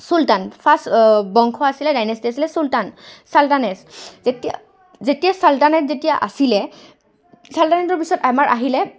sultan first বংশ আছিলে dynasty আছিলে চুলতান ছাল্টানেছ যেতিয়া যেতিয়া ছাল্টানেট যেতিয়া আছিলে ছাল্টানেটৰ পিছত আমাৰ আহিলে